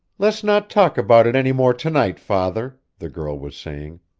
let's not talk about it any more to-night, father, the girl was saying.